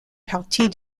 partie